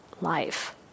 life